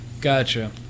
Gotcha